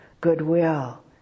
goodwill